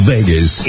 Vegas